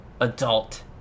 adult